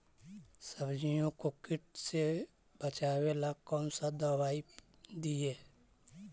सब्जियों को किट से बचाबेला कौन सा दबाई दीए?